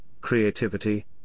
creativity